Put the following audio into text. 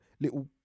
little